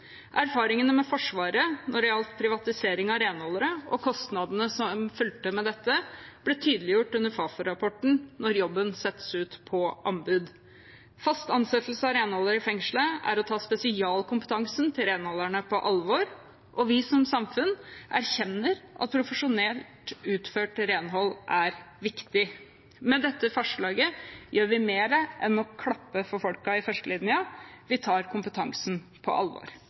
Erfaringene fra Forsvaret når det gjaldt privatisering av renholdere, og kostnadene som fulgte med dette, ble tydeliggjort i Fafo-rapporten «Når jobben settes ut på anbud». Fast ansettelse av renholdere i fengsel er å ta spesialkompetansen til renholderne på alvor og at vi som samfunn erkjenner at profesjonelt utført renhold er viktig. Med dette forslaget gjør vi mer enn å klappe for folkene i førstelinjen, vi tar kompetansen på alvor.